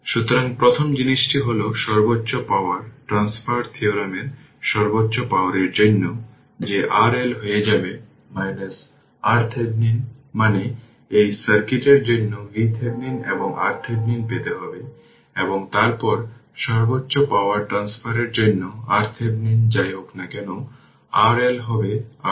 সুতরাং প্রথম জিনিসটি হল সর্বোচ্চ পাওয়ার ট্রান্সফার থিওরেমের সর্বোচ্চ পাওয়ারের জন্য যে RL হয়ে যাবে RThevenin মানে এই সার্কিটের জন্য VThevenin এবং RThevenin পেতে হবে এবং তারপর সর্বোচ্চ পাওয়ার ট্রান্সফারের জন্য RThevenin যাই হোক না কেন RL হবে RThevenin